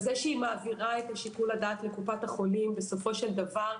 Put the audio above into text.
בזה שמעבירה את שיקול הדעת לקופת החולים בסופו של דבר,